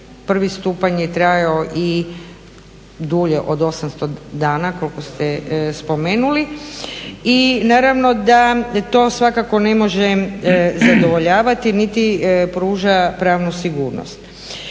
prvi stupanj trajao dulje od 800 dana koliko ste spomenuli i naravno da to svakako ne može zadovoljavati niti pruža pravnu sigurnost.